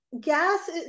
gas